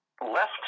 left